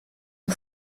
and